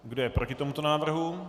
Kdo je proti tomuto návrhu?